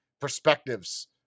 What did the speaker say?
perspectives